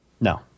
No